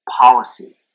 policy